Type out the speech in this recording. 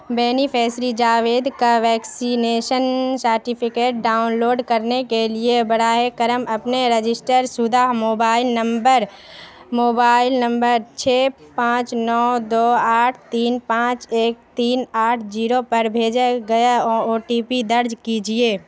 beneficiary Javed کا vaccination certificate download کرنے کے لیے براہ کرم اپنے رجسٹر شدہ موبائل نمبر موبائل نمبر چھ پانچ نو دو آٹھ تین پانچ ایک تین آٹھ جیرو پر بھیجا گیا او ٹی پی درج کیجیے